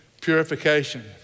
purification